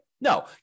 No